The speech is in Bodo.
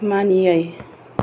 मानियै